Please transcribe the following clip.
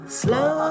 slow